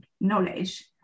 knowledge